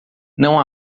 não